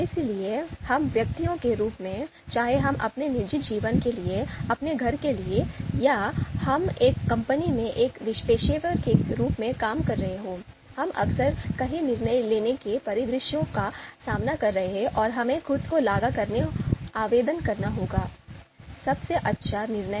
इसलिए हम व्यक्तियों के रूप में चाहे हम अपने निजी जीवन के लिए अपने घर के लिए या हम एक कंपनी में एक पेशेवर के रूप में काम कर रहे हों हम अक्सर कई निर्णय लेने के परिदृश्यों का सामना कर रहे हैं और हमें खुद को लागू करना होगा सबसे अच्छा निर्णय